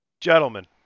gentlemen